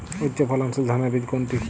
উচ্চ ফলনশীল ধানের বীজ কোনটি?